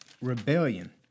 rebellion